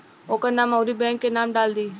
ओकर नाम अउरी बैंक के नाम डाल दीं